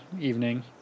evening